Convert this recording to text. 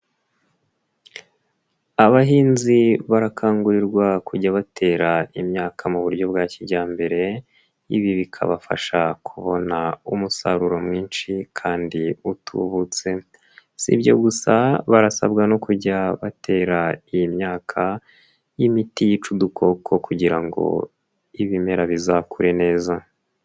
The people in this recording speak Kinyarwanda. Abahinzi barakangurirwa kujya batera imyaka mu buryo bwa kijyambere, ibi bikabafasha kubona umusaruro mwinshi kandi utubutse. Si ibyo gusa barasabwa no kujya batera iyi myaka imiti yica udukoko kugira ngo ibimera bizakure neza.